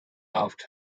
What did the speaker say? loved